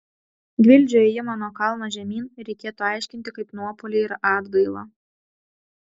gvildžio ėjimą nuo kalno žemyn reikėtų aiškinti kaip nuopuolį ir atgailą